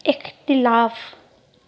इख़्तिलाफ़